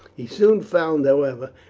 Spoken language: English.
he soon found, however,